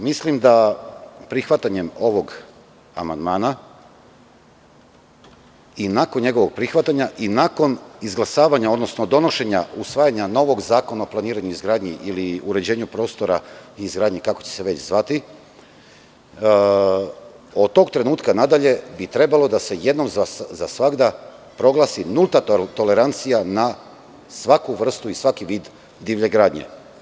Mislim da prihvatanjem ovog amandmana i nakon njegovog prihvatanja i nakon izglasavanja, odnosno donošenja, usvajanja novog Zakona o planiranju i izgradnji ili uređenju prostora i izgradnji, kako će se već zvati, od tog trenutka nadalje bi trebalo da se jednom za svagda proglasi nulta tolerancija na svaku vrstu i svaki vid divlje gradnje.